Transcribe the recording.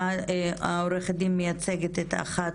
עורכת הדין שמייצגת את אחת